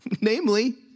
namely